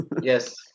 Yes